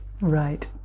Right